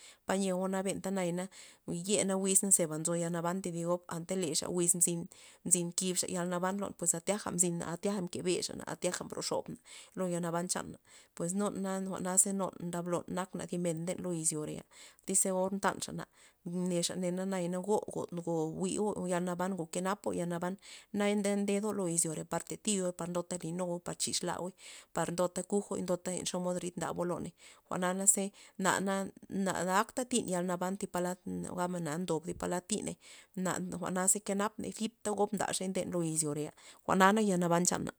Payeo nabenta naya ye na wiz zeba nzo yalnaban thidi gob antalexa wiz mzyn nzin nkibxa yalnaban lon pues a tyaja a tyaja mke bexana tyaja mbroxobna lo yalnaban chana pues nu na jwa'naza nun ndablo nakna thi men nden lo izyore ya tyz or mtanxana nexa nago go- go jwi'o yalnaban gokenapo yalnaban na nde ndeo lo izyore par tatioy ndota linuoy par kixlao par lota kugo len xomod rid ndabo loney, jwa'naze nana na aktatin yalnaban thi palad gabmen na ndob thi palad tiney na jwa'naze kenapney na zipta gob ndaxey nde lo izyore jwa'na nak yalnaban chana.